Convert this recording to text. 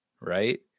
Right